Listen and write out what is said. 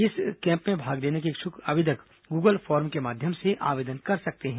इस कैम्प में भाग लेने के इच्छुक आवेदक गूगल फॉर्म के माध्यम से आवेदन कर सकते हैं